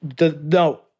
No